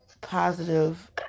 positive